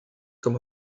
comme